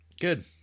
Good